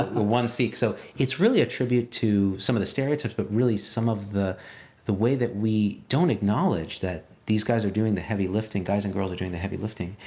the one sikh, so it's really a tribute to some of the stereotypes, but really some of the the way that we don't acknowledge that these guys are doing the heavy lifting, guys and girls are doing the heavy lifting.